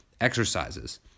exercises